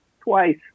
twice